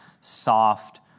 soft